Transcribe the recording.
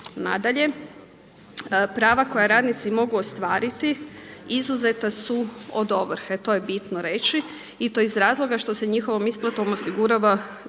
Nadalje, prava koja radnici mogu ostvariti izuzeta su od ovrhe, to je bitno reći. I to iz razloga što se njihovom isplatom osigurava